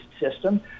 system